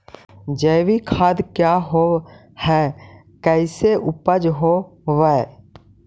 जैविक खाद क्या होब हाय कैसे उपज हो ब्हाय?